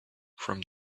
from